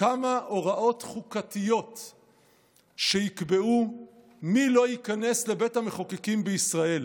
כמה הוראות חוקתיות שיקבעו מי לא ייכנס לבית המחוקקים בישראל".